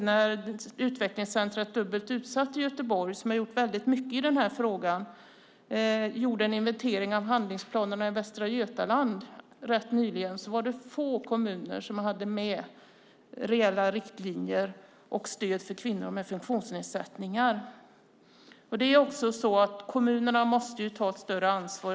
När Utvecklingscentrum Dubbelt Utsatt i Göteborg, som har gjort väldigt mycket i den här frågan, gjorde en inventering av handlingsplanerna i Västra Götaland rätt nyligen var det få kommuner som hade med reella riktlinjer om stöd för kvinnor med funktionsnedsättningar. Kommunerna måste ta ett större ansvar.